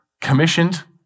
commissioned